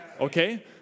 Okay